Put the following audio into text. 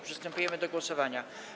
Przystępujemy do głosowania.